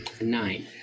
Nine